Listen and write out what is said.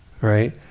right